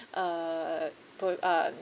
uh pro um